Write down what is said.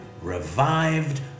revived